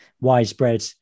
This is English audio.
widespread